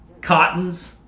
cottons